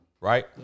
right